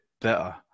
better